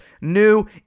new